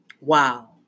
Wow